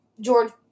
George